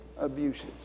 abuses